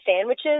sandwiches